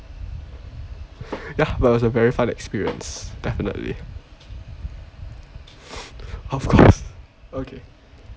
ya that was a very fun experience definitely of course okay